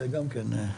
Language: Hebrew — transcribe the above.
זה גם כן.